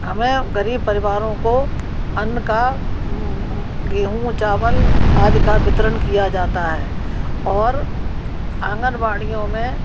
हमें गरीब परिवारों को अन्न का गेहूँ चावल आदि का वितरण किया जाता है और आंगनवाड़ियों में